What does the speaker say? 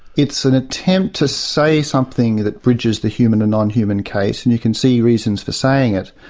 it's an attempt to say something that bridges the human and non-human case and you can see reasons for saying it.